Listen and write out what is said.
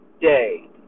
day